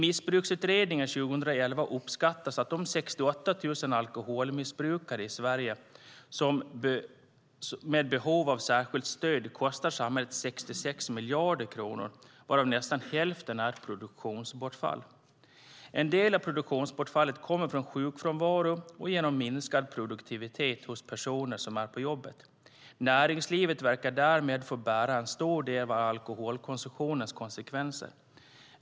Missbruksutredningen uppskattade 2011 att de 68 000 alkoholmissbrukarna i Sverige med behov av särskilt stöd kostar samhället 66 miljarder kronor, varav nästan hälften är produktionsbortfall. En del av produktionsbortfallet kommer från sjukfrånvaro och minskad produktivitet hos personer som är på jobbet. Näringslivet verkar därmed få bära en stor del av alkoholkonsumtionens konsekvenser.